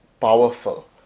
powerful